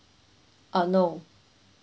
uh no